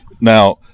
Now